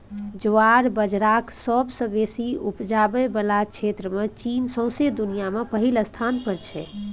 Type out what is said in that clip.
ज्वार बजराक सबसँ बेसी उपजाबै बला क्षेत्रमे चीन सौंसे दुनियाँ मे पहिल स्थान पर छै